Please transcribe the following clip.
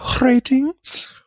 ratings